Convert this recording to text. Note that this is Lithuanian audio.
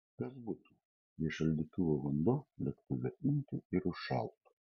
kas būtų jei šaldytuvų vanduo lėktuve imtų ir užšaltų